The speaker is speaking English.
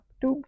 tube